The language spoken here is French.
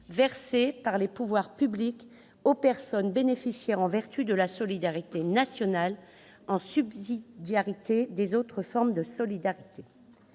versé par les pouvoirs publics aux personnes bénéficiaires en vertu de la solidarité nationale, en subsidiarité des autres formes de solidarité.